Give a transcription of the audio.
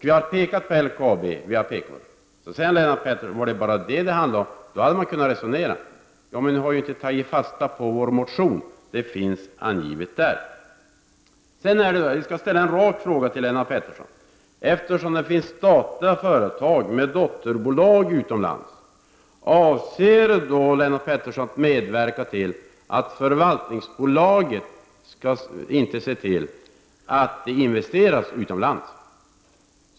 Vi har pekat på LKAB. Så säger Lennart Pettersson att vi, om det bara var det som det handlade om, hade kunnat resonera om dessa saker. Ja, men ni har inte tagit fasta på vår motion, där vi har angivit vad vi anser i detta avseende. Sedan vill jag ställa en rak fråga till Lennart Pettersson: Avser Lennart Pettersson, eftersom det finns statliga företag med dotterbolag utomlands, att medverka till att förvaltningsbolaget skall se till att det inte investeras utomlands?